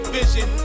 vision